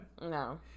No